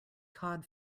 cod